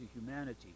humanity